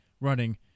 running